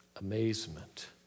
amazement